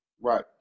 Right